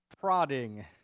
prodding